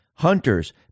Hunters